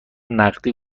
نقدی